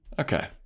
Okay